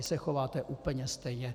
Vy se chováte úplně stejně.